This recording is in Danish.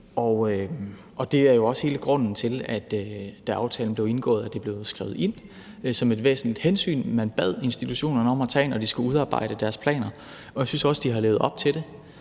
og det er jo også hele grunden til, at det, da aftalen blev indgået, blev skrevet ind som et væsentligt hensyn, man bad institutionerne om at tage, når de skulle udarbejde deres planer. Jeg synes også, de har levet op til det.